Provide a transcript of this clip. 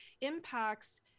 impacts